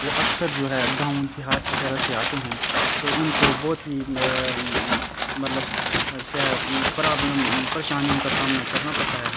وہ اکثر جو ہے گاؤں دیہات وغیرہ سے آتے ہیں تو ان کو بہت ہی مطلب کیا ہے پرابلم پریشانیوں کا سامنا کرنا پڑتا ہے